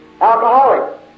alcoholic